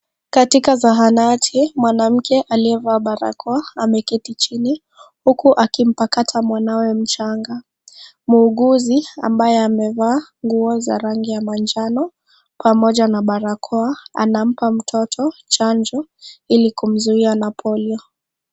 Katika zahanati mwanamke aliyevaa barakoa ameketi chini, huku akimpakata mwanawe mchanga. Muuguzi ambaye amevaa nguo za rangi ya manjano pamoja na barakoa, anampa mtoto chanjo ili kumzuia na polio.